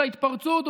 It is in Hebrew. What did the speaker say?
של ההתפרצות,